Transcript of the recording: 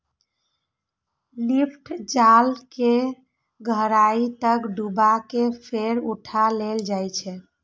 lift जाल कें गहराइ तक डुबा कें फेर उठा लेल जाइ छै